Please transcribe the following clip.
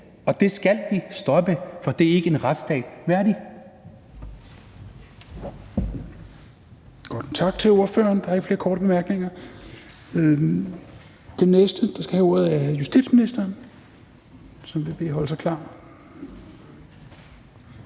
og det skal vi stoppe, for det er ikke en retsstat værdigt.